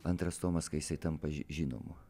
antras tomas kai jisai tampa žinomu